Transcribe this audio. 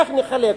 איך נחלק?